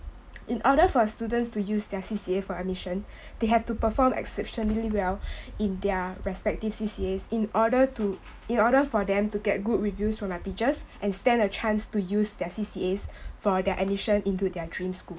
in order for a students to use their C_C_A for admission they have to perform exceptionally well in their respective C_C_As in order to in order for them to get good reviews from their teachers and stand a chance to use their C_C_As for their admission into their dream school